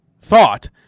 thought